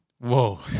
Whoa